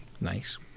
Nice